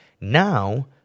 Now